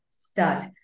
Start